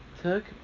took